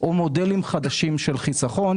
או מודלים חדשים של חיסכון.